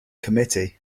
committee